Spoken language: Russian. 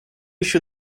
еще